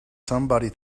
somebody